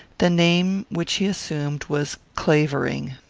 the name which he assumed was clavering.